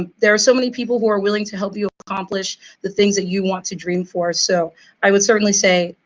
ah there are so many people who are willing to help you accomplish the things that you want to dream for. so i would certainly say,